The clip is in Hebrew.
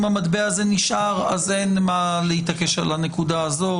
אם המטבע הזה נשאר, אין מה להתעקש על הנקודה הזאת.